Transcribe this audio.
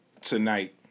tonight